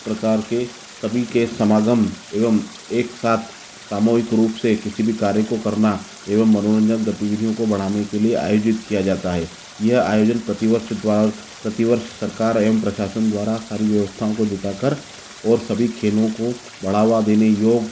प्रकार के सभी के समागम एवं एक साथ सामूहिक रूप से किसी भी कार्य को करना एवं मनोरंजन गतिविधियों को बढ़ाने के लिए आयोजित किया जाता है यह आयोजन प्रतिवर्ष द्वारा प्रतिवर्ष सरकार एवं प्रशासन द्वारा सारी व्यवस्थाओं को जुटाकर और सभी खेलों को बढ़ावा देने योग